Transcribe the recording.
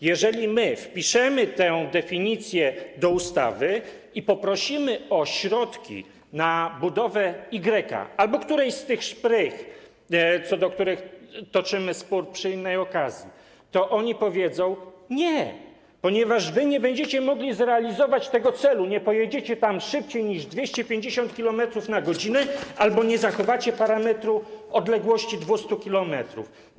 Jeżeli my wpiszemy tę definicję do ustawy i poprosimy o środki na budowę igreka albo którejś z tych szprych, co do których toczymy spór przy innej okazji, to oni powiedzą „nie”, ponieważ wy nie będziecie mogli zrealizować tego celu, nie pojedziecie tam szybciej niż 250 km/h albo nie zachowacie innego parametru, odległości 200 km.